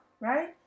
right